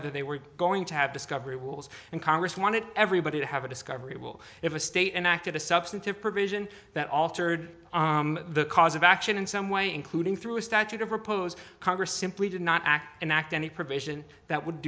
whether they were going to have discovery rules and congress wanted everybody to have a discovery will if a state an act of a substantive provision that altered the cause of action in some way including through statute of repose congress simply did not act and act any provision that would